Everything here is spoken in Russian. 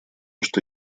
что